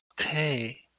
Okay